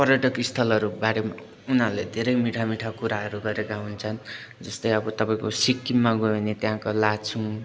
पर्यटक स्थलहरू बारेमा उनीहरूले धेरै मिठा मिठा कुराहरू गरेका हुन्छन् जस्तै अब तपाईँको सिक्किममा गयो भने त्यहाँको लाचुङ